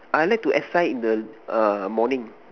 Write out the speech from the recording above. I like to exercise in the err morning